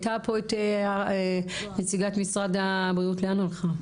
הייתה פה נציגת משרד הבריאות, לאן היא הלכה.